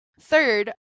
third